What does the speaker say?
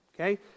Okay